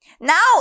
Now